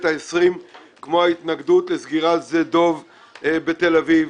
ה-20 כמו ההתנגדות לסגירת שדה דב בתל אביב.